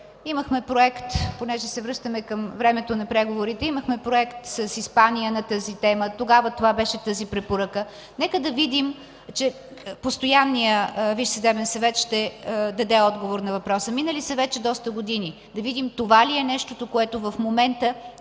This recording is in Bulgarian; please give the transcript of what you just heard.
съдебен съвет. Понеже се връщаме към времето на преговорите, имахме проект с Испания на тази тема. Тогава това беше тази препоръка. Нека да видим, че постоянният Висш съдебен съвет ще даде отговор на въпроса. Минали са вече доста години. Да видим това ли е нещото, което в момента,